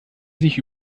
sich